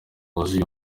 wuzuye